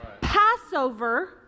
Passover